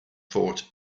fought